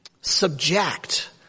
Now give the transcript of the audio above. subject